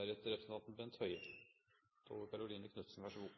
jeg peke på at komiteen har vært enig i mange forhold knyttet til denne saka. Det er